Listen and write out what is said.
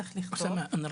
צריך לכתוב שתקנות,